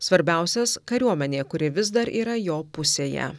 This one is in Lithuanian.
svarbiausias kariuomenė kuri vis dar yra jo pusėje